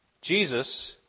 Jesus